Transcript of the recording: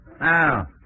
Now